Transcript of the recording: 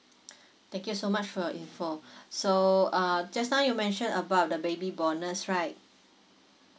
thank you so much for your info so uh just now you mentioned about the baby bonus right